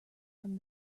from